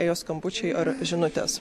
ėjo skambučiai ar žinutės